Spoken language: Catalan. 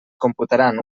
computaran